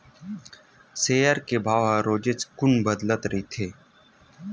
share के भाव ह रोजेच कुन बदलत रहिथे